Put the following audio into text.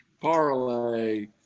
parlay